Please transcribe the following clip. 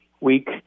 week